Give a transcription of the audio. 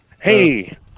Hey